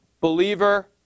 Believer